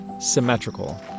symmetrical